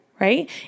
right